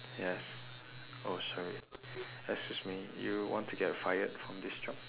yes oh sorry excuse me you want to get fired from this job